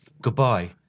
Goodbye